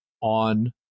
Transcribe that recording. on